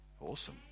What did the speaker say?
Awesome